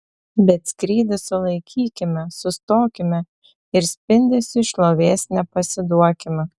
bet skrydį sulaikykime sustokime ir spindesiui šlovės nepasiduokime